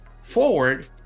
forward